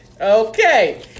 Okay